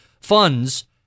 funds